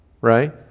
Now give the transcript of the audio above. right